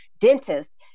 dentists